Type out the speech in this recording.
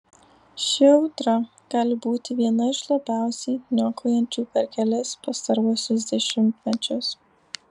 ši audra gali būti viena iš labiausiai niokojančių per kelis pastaruosius dešimtmečius